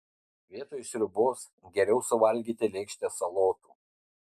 vietoj sriubos geriau suvalgyti lėkštę salotų